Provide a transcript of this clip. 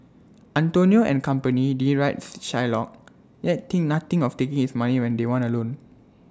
Antonio and company derides Shylock yet think nothing of taking his money when they want A loan